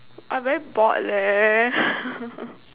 I am very bored leh